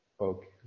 Okay